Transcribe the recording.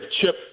Chip